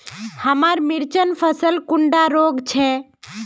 हमार मिर्चन फसल कुंडा रोग छै?